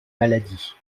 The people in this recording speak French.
maladie